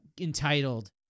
entitled